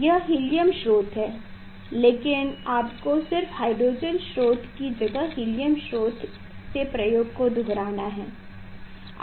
यह हीलियम स्रोत है लेकिन आपको सिर्फ हाइड्रोजन स्रोत की जगह हीलियम स्रोत से प्रयोग को दोहराना है